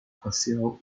facial